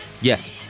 Yes